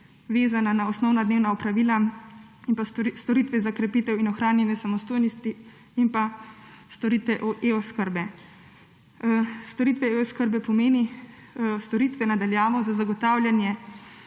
vezana na osnovna dnevna opravila, in storitve za krepitev in ohranjanje samostojnosti in storitve e-oskrbe. Storitve e-oskrbe pomenijo storitve na daljavo za zagotavljanje